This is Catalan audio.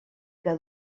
que